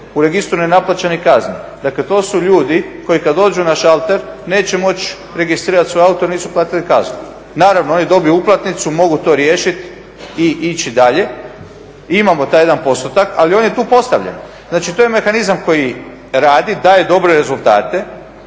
u registru nenaplaćenih kazni. Dakle, to su ljudi koji kad dođu na šalter neće moći registrirati svoj auto jer nisu platili kaznu. Naravno, oni dobiju uplatnicu, mogu to riješiti i ići dalje. Imamo taj jedan postotak, ali on je tu postavljen. Znači, to je mehanizam koji radi, daje dobre rezultate.